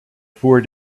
four